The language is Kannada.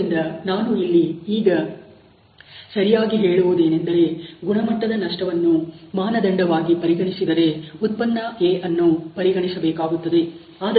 ಆದ್ದರಿಂದ ನಾನು ಇಲ್ಲಿ ಈಗ ಸರಿಯಾಗಿ ಹೇಳುವುದೇನೆಂದರೆ ಗುಣಮಟ್ಟದ ನಷ್ಟವನ್ನು ಮಾನದಂಡವಾಗಿ ಪರಿಗಣಿಸಿದರೆ ಉತ್ಪನ್ನ A ಅನ್ನು ಪರಿಗಣಿಸಬೇಕಾಗುತ್ತದೆ